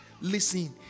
listen